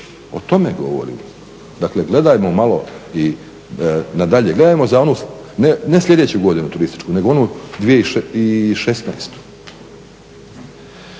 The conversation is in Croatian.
O tome govorim. Dakle, gledajmo ovako i na dalje. Gledajmo ne sljedeću godinu turističku nego onu 2016.